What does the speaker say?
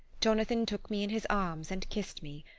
jonathan took me in his arms and kissed me.